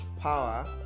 power